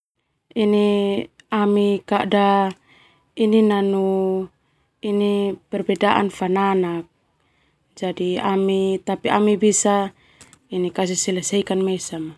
Ami kada ini nanu perbedaan fananak jadi ami tapi ami bisa kasih selesaikan mesa.